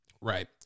Right